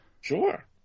Sure